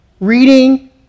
reading